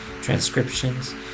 transcriptions